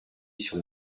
sur